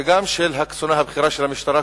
וגם של הקצונה הבכירה של המשטרה,